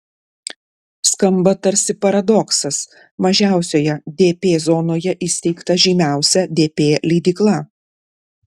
skamba tarsi paradoksas mažiausioje dp zonoje įsteigta žymiausia dp leidykla